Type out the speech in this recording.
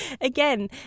again